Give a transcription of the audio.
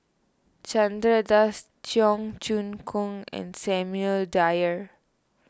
Chandra Das Cheong Choong Kong and Samuel Dyer